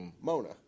Mona